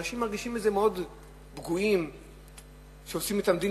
אנשים מרגישים מאוד פגועים מזה שעושים אתם דין